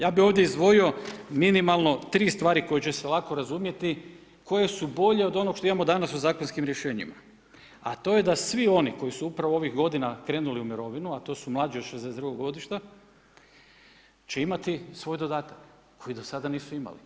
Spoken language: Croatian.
Ja bih ovdje izdvojio minimalno tri stvari koje će se ovako razumjeti koje su bolje od onog što imamo danas u zakonskim rješenjima a to je da svi oni koji su upravo ovih godina krenuli u mirovinu a to su mlađi od 62 godišta će imati svoj dodatak koji do sada nisu imali.